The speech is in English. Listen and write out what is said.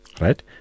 right